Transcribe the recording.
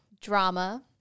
drama